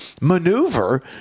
maneuver